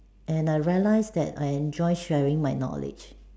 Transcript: and I realize that I enjoy sharing my knowledge